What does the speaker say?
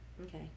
Okay